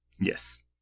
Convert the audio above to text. Yes